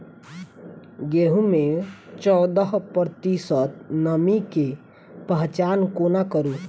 गेंहूँ मे चौदह प्रतिशत नमी केँ पहचान कोना करू?